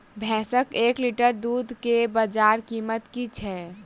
भैंसक एक लीटर दुध केँ बजार कीमत की छै?